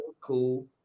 cool